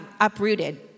uprooted